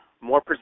more